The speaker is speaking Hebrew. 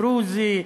דרוזי,